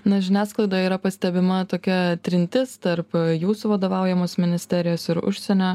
na žiniasklaidoj yra pastebima tokia trintis tarp jūsų vadovaujamos ministerijos ir užsienio